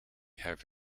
have